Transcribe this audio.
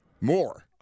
More